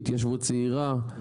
התיישבות צעירה,